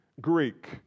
Greek